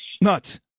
nuts